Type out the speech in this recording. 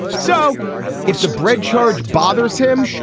so if the bread charge bothers him,